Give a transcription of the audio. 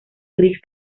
gris